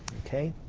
okay?